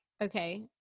Okay